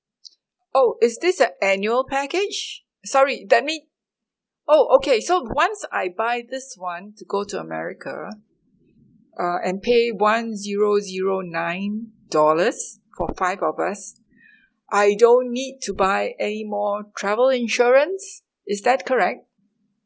oh is this a annual package sorry that mean oh okay so once I buy this [one] to go to america uh and pay one zero zero nine dollars for five of us I don't need to buy anymore travel insurance is that correct